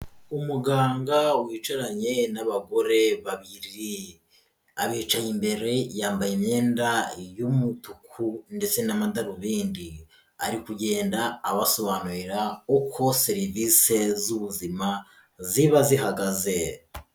Umuganga wicaranye n'abagore babiri, abicaye imbere yambaye imyenda y'umutuku ndetse n'amadarubindi, ari kugenda abasobanurira uko serivisi z'ubuzima ziba zihagaze.